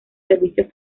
servicios